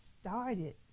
started